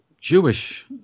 Jewish